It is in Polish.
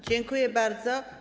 Dziękuję bardzo.